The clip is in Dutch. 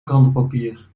krantenpapier